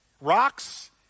Rocks